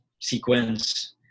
sequence